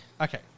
Okay